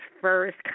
first